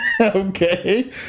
Okay